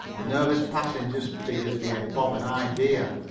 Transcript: the nervous passenger's fears gave bob an idea.